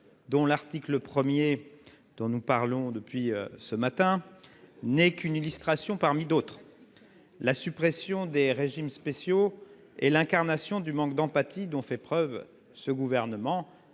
L'article 1, dont nous parlons depuis ce matin, n'en est qu'une illustration parmi d'autres. La suppression des régimes spéciaux témoigne parfaitement du manque d'empathie dont font preuve non seulement